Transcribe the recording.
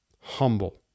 Humble